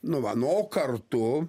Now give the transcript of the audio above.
nu va nu o kartu